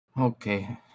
Okay